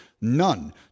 None